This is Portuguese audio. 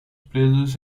presos